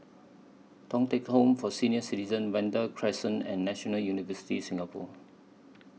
Thong Teck Home For Senior Citizens Vanda Crescent and National University Singapore